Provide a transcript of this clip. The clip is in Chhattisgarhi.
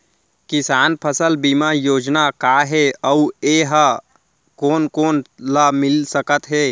किसान फसल बीमा योजना का हे अऊ ए हा कोन कोन ला मिलिस सकत हे?